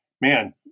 man